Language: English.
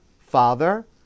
father